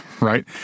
right